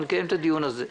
נקיים את הדיון הזה.